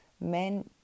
Men